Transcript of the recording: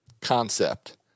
concept